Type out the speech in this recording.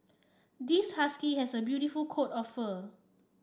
this husky has a beautiful coat of fur